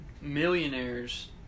millionaires